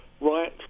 right